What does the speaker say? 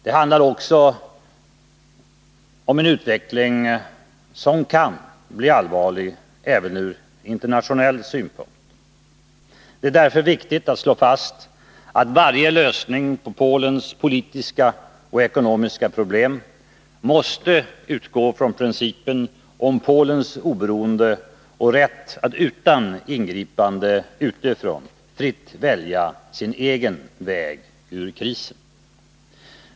Det handlar också om en utveckling som kan bli allvarlig även ur internationell synpunkt. Det är därför viktigt att slå fast att varje lösning på Polens politiska och ekonomiska problem måste utgå från principen om Polens oberoende och rätt att utan ingripande utifrån fritt välja sin egen väg ur krisen.